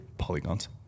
polygons